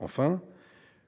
Enfin,